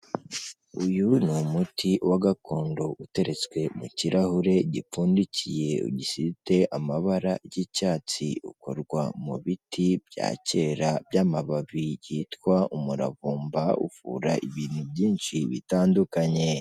Uyu ni umuti wa gakondo uteretswe mu kirahure gipfundikiye gifite amabara y'icyatsi, ukorwa mu biti bya kera by'amababi byitwa umuravumba uvura ibintu byinshi bitandukanye.